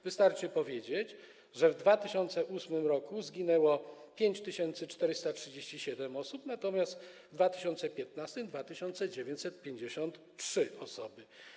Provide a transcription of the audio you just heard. Wystarczy powiedzieć, że w 2008 r. zginęło 5437 osób, natomiast w 2015 r. - 2953 osoby.